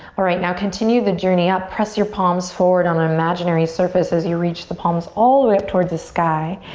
alright, now continue the journey up, press your palms forward on an imaginary surface as you reach the palms all the way up towards the sky.